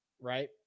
right